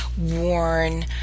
worn